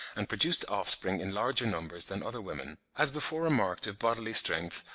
and produced offspring in larger numbers than other women. as before remarked of bodily strength,